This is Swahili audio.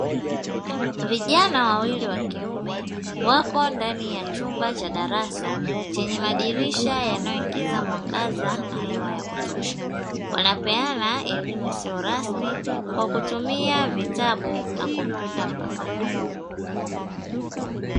Vijana wawili wa kiume wako ndani ya chumba cha darasa, chenye madirisha yanayoingiza mwangaza na hewa ya kutosha, wanapeana elimu isiyo rasmi kwa kutumia vitabu na kompyuta mpakato.